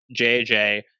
JJ